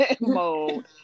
mode